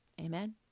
Amen